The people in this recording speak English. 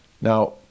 Now